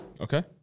Okay